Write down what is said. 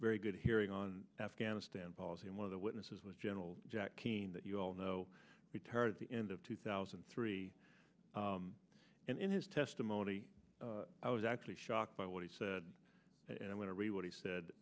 very good hearing on afghanistan policy and one of the witnesses was general jack keane that you all know retired at the end of two thousand and three and in his testimony i was actually shocked by what he said and i want to read what he said